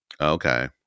Okay